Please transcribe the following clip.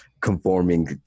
conforming